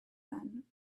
then